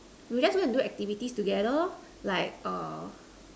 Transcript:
we'll just go and do activities together like err